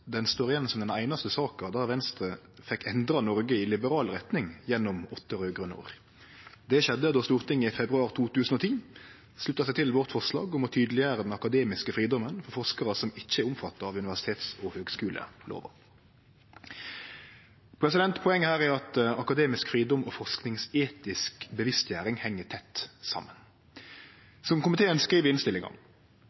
den einaste saka der Venstre fekk endra Noreg i liberal retning gjennom åtte raud-grøne år. Det skjedde då Stortinget i februar 2010 slutta seg til forslaget vårt om å tydeleggjere den akademiske fridomen for forskarar som ikkje er omfatta av universitets- og høgskulelova. Poenget her er at akademisk fridom og forskingsetisk bevisstgjering heng tett saman.